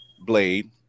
blade